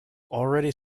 already